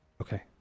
Okay